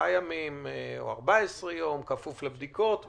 עשרה ימים או 14 יום, כפוף לבדיקות וכו'.